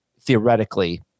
theoretically